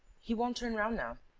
he won't turn round now.